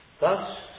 Thus